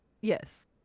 Yes